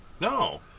No